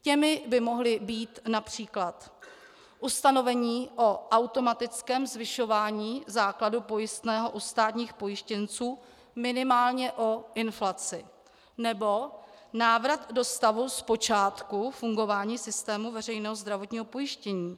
Těmi by mohla být například ustanovení o automatickém zvyšování základu pojistného u státních pojištěnců minimálně o inflaci nebo návrat do stavu z počátku fungování systému veřejného zdravotního pojištění.